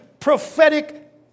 prophetic